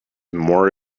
more